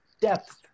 depth